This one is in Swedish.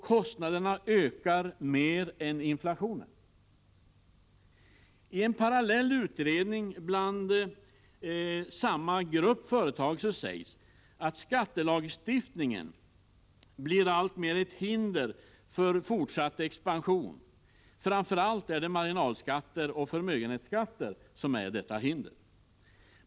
— Kostnaderna ökar mer än inflationen. I en parallell utredning bland samma grupp företag sägs att skattelagstiftningen alltmer blir ett hinder för fortsatt expansion. Framför allt är det marginalskatter och förmögenhetsskatter som utgör detta hinder.